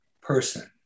person